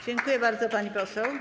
Dziękuję bardzo, pani poseł.